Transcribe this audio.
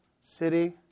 city